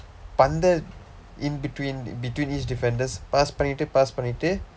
பந்தை:pandthai in between between each defenders pass பண்ணிட்டு:pannitdu pass பண்ணிட்டு:pannitdu